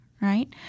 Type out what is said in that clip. right